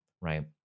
Right